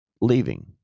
leaving